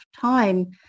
time